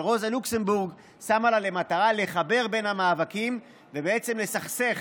אבל קרן רוזה לוקסמבורג שמה לה למטרה לחבר בין המאבקים ובעצם לסכסך